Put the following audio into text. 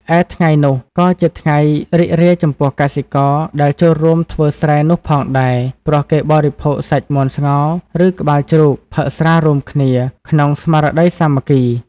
ឯថ្ងៃនោះក៏ជាថ្ងៃរីករាយចំពោះកសិករ ដែលចូលរួមធ្វើស្រែនោះផងដែរ ព្រោះគេបរិភោគសាច់មាន់ស្ងោរ ឬ ក្បាលជ្រូក ផឹកស្រារួមគ្នា ក្នុងស្មារតីសាមគ្គី។